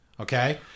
Okay